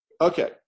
Okay